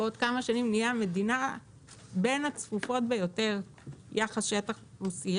בעוד כמה שנים נהיה בין המדינות הצפופות ביותר ביחס שטח-אוכלוסייה.